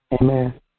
Amen